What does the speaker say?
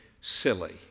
silly